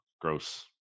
Gross